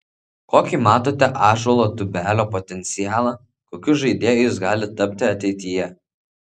kokį matote ąžuolo tubelio potencialą kokiu žaidėju jis gali tapti ateityje